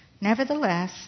Nevertheless